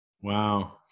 Wow